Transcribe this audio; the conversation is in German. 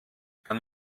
kann